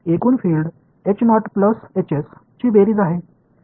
எனவே இந்த வெளிப்படை இங்கே இது மாதிரி எளிமையாக்கலாம்